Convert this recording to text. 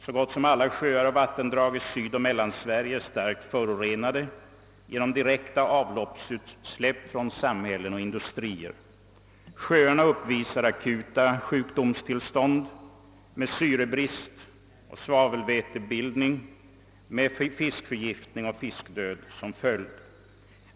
Så gott som alla sjöar och vattendrag i Sydoch Mellansverige är starkt förorenade genom direkta avloppsutsläpp från samhällen och industrier. Sjöarna uppvisar akuta sjukdomstillstånd med syrebrist och svavelvätebildning, med fiskförgiftning och fiskdöd som följd.